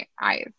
eyes